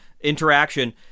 interaction